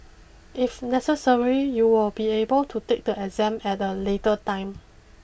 if necessary you will be able to take the exam at a later time